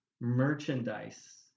merchandise